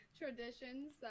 traditions